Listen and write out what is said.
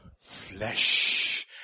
flesh